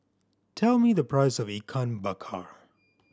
tell me the price of Ikan Bakar